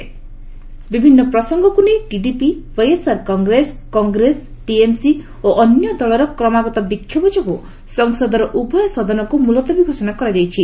ପାର୍ ଆଡ୍ଜର୍ଣ୍ଣଡ଼୍ ବିଭିନ୍ନ ପ୍ରସଙ୍ଗକୁ ନେଇ ଟିଡିପି ୱାଇଏସ୍ଆର୍ କଂଗ୍ରେସ କଂଗ୍ରେସ ଟିଏମ୍ସି ଓ ଅନ୍ୟ ଦଳର କ୍ରମାଗତ ବିକ୍ଷୋଭ ଯୋଗୁଁ ସଂସଦର ଉଭୟ ସଦନକୁ ମୁଲତବୀ ଘୋଷଣା କରାଯାଇଛି